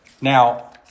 Now